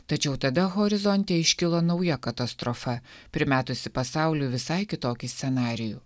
tačiau tada horizonte iškilo nauja katastrofa primetusi pasauliui visai kitokį scenarijų